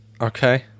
Okay